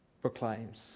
proclaims